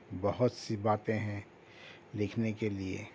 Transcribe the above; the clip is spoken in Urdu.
بہت سی باتیں ہیں لکھنے کے لئے